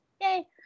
Yay